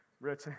Rich